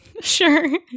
Sure